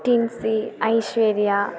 Tincy Aishwarya